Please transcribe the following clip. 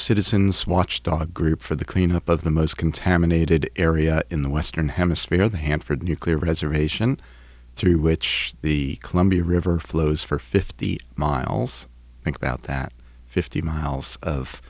citizens watchdog group for the cleanup of the most contaminated area in the western hemisphere the hanford nuclear reservation through which the columbia river flows for fifty miles think about that fifty miles of